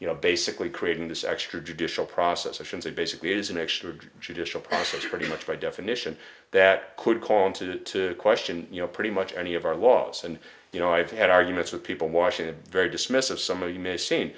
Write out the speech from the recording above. you know basically creating this extra judicial process actions that basically is an extra judicial process pretty much by definition that could cause them to question you know pretty much any of our laws and you know i've had arguments with people washington very dismissive some of you may see